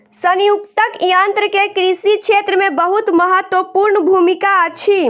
संयुक्तक यन्त्र के कृषि क्षेत्र मे बहुत महत्वपूर्ण भूमिका अछि